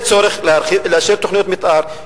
יש צורך באישור תוכניות מיתאר,